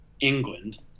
England